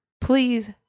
Please